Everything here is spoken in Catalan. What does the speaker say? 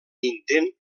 intent